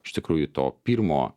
iš tikrųjų to pirmo